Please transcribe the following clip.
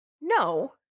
No